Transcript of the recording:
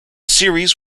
series